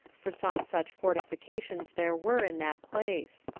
for some such fortifications there were in that place.